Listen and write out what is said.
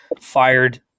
fired